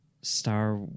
Star